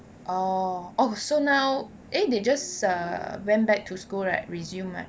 oh okay so now eh they just err went back to school right resume right